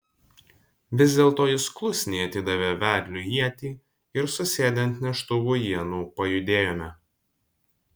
vis dėlto jis klusniai atidavė vedliui ietį ir susėdę ant neštuvų ienų pajudėjome